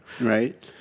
right